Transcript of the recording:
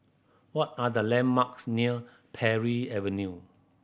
what are the landmarks near Parry Avenue